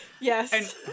Yes